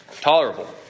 tolerable